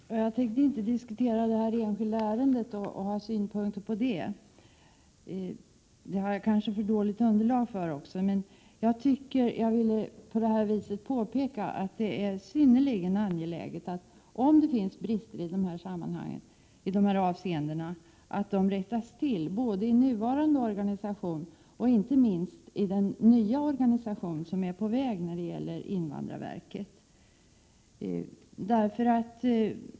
Herr talman! Jag tänkte inte diskutera det enskilda ärendet och ha synpunkter på det. Det har jag kanske dessutom alltför dåligt underlag för att göra. Jag vill ändå på detta vis påpeka att det, om det finns brister i dessa avseenden, är synnerligen angeläget att de rättas till i den nuvarande organisationen och inte minst i den nya organisation som är på väg när det gäller invandrarverket.